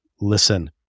listen